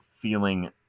feeling